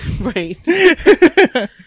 Right